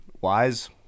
wise